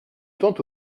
tant